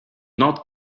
not